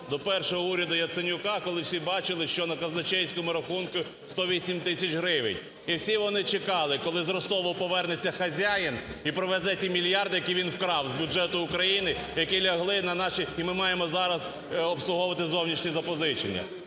до першого уряду Яценюка, коли всі бачили, що на казначейському рахунку 108 тисяч гривень. І всі вони чекали, коли з Ростова повернеться хазяїн і привезе ті мільярди, які він вкрав з бюджету України, які лягли на наші… і ми маємо зараз обслуговувати зовнішні запозичення.